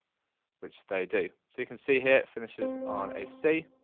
which they do. so, you can see here, it finishes on a c,